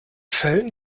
fällen